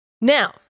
Now